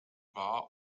wahr